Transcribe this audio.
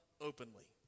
openly